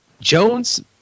Jones